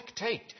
spectate